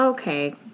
Okay